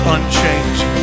unchanged